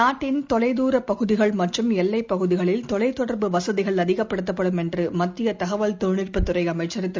நாட்டின் தொலைதூரபகுதிகள் மற்றும் எல்லைப் பகுதிகளில் தொலைத்தொடர்பு வசதிகள் அதிகப்படுத்தப்படும் என்றுமத்தியதகவல் தொழில்நுட்பஅமைச்சர் திரு